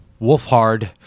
Wolfhard